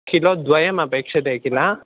kilo द्वयमपेक्षते किल